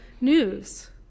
news